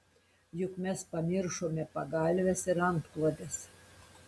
juk mes pamiršome pagalves ir antklodes